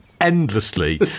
Endlessly